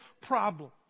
problem